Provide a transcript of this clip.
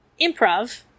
improv